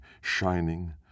shining